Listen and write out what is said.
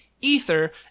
Ether